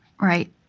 Right